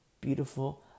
beautiful